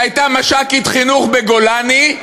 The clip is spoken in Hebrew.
שהייתה מש"קית חינוך בגולני,